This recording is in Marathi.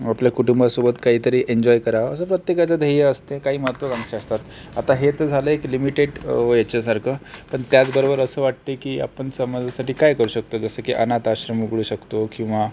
आपल्या कुटुंबासोबत काहीतरी एन्जॉय करावं असं प्रत्येकाचं ध्येय असते काही महत्त्वाकांक्षा असतात आता हे तर झालं एक लिमिटेड याच्यासारखं पण त्याचबरोबर असं वाटतं की आपण समाजासाठी काय करू शकतो जसं की अनाथाश्रम उघडू शकतो किंवा